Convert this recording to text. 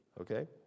Okay